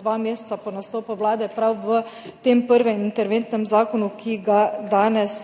dva meseca po nastopu vlade, prav v tem prvem interventnem zakonu, ki ga danes